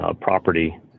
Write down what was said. property